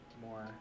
more